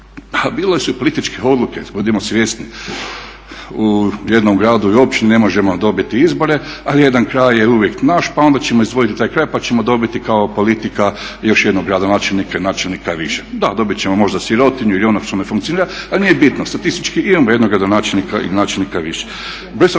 bile su i političke odluke, budimo svjesni. U jednom gradu i općini ne možemo dobiti izbore, ali jedan kraj je uvijek naš pa onda ćemo izdvojiti taj kraj pa ćemo dobiti kao politika još jednog gradonačelnika i načelnika više. Da, dobit ćemo možda sirotinju ili ono što ne funkcionira ali nije bitno, statistički imamo jednog gradonačelnika ili načelnika više.